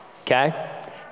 okay